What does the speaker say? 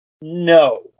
No